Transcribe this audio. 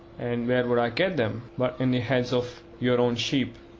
an' where would i get em' but in the heads of your own sheep?